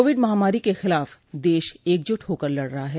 Covid महामारी के खिलाफ देश एकजुट होकर लड़ रहा है